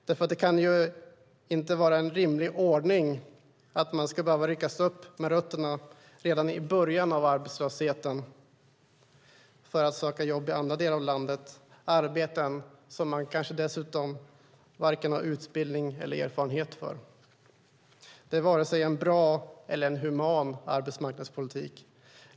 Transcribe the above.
Det kan ju inte vara en rimlig ordning att man ska behöva ryckas upp med rötterna redan i början av arbetslösheten för att söka jobb i andra delar av landet - arbeten som man dessutom kanske inte har vare sig utbildning för eller erfarenhet av. Det är varken en bra eller en human arbetsmarknadspolitik.